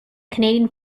canadian